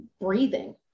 breathing